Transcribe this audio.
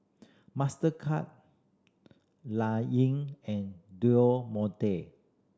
Mastercard Yi and Monte